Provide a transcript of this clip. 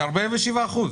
זה 47 אחוזים.